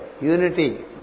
unity